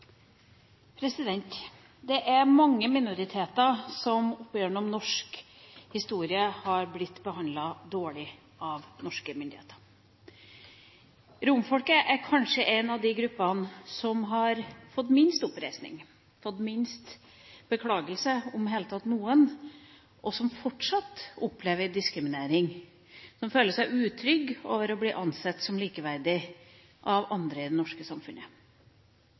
avsluttet. Det er mange minoriteter som opp igjennom norsk historie har blitt behandlet dårlig av norske myndigheter. Romfolket er kanskje en av de gruppene som har fått minst oppreisning, fått minst beklagelse – om i det hele tatt noen – og som fortsatt opplever diskriminering. De føler seg ikke trygge på at de blir ansett som likeverdige i det norske samfunnet.